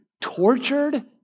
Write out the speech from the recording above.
tortured